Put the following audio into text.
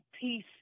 peace